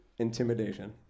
Intimidation